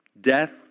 death